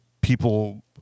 people